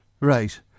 Right